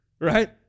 Right